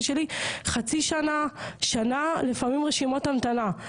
שלי חצי שנה-שנה לפעמים רשימות המתנה.